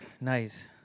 nice